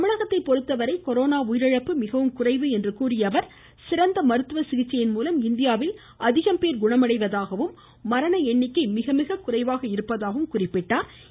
தமிழகத்தை பொறுத்தவரை கொரோனா உயிரிழப்பு மிகவும் குறைவு என்று எடுத்துரைத்த அவர் சிறந்த மருத்துவ சிகிச்சையின் மூலம் இந்தியாவில் அதிகம் போ குணமடைவதாகவும் மரண எண்ணிக்கை மிகமிக குறைவாக இருப்பதாகவும் குறிப்பிட்டாள்